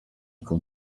con